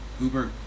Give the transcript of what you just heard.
Uber